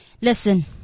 Listen